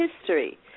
history